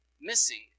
missing